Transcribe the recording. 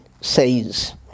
says